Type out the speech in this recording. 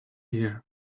here